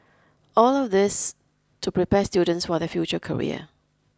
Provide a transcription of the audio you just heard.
all of this to prepare students for their future career